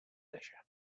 leisure